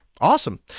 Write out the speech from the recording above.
Awesome